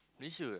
Malaysia eh